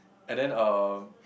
and then uh